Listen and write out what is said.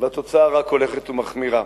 והתוצאה רק הולכת ומחמירה.